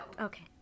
Okay